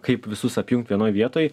kaip visus apjungt vienoj vietoj